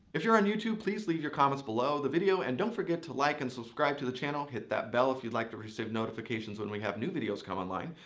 if you're on youtube, please leave your comments below the and don't forget to like and subscribe to the channel. hit that bell if you'd like to receive notifications when we have new videos come online.